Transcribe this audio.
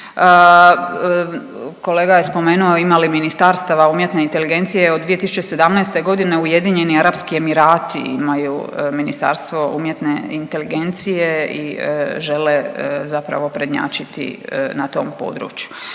Kolega je spomenuo ima li Ministarstava umjetne inteligencije? Od 2017.g. Ujedinjeni Arapski Emirati imaju Ministarstvo umjetne inteligencije i žele zapravo prednjačiti na tom području.